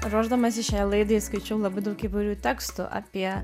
ruošdamasi šiai laidai skaičiau labai daug įvairių tekstų apie